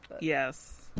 Yes